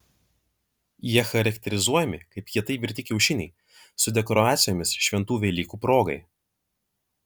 jie charakterizuojami kaip kietai virti kiaušiniai su dekoracijomis šventų velykų progai